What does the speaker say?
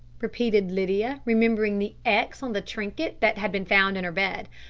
repeated lydia, remembering the x on the trinket that had been found in her bed.